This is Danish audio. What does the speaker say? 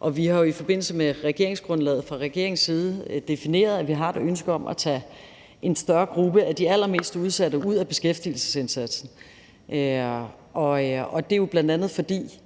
og vi har i forbindelse med regeringsgrundlaget fra regeringens side defineret, at vi har et ønske om at tage en større gruppe af de allermest udsatte ud af beskæftigelsesindsatsen, og det er jo, bl.a. fordi